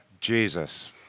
Jesus